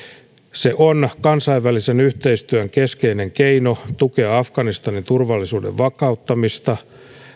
se on kansainvälisen yhteisön keskeinen keino tukea afganistanin turvallisuuden vakauttamista